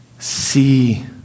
See